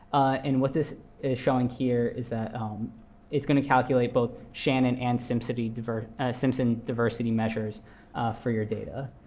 and what this is showing here is that it's going to calculate both shannon and simpson diversity simpson diversity measures for your data.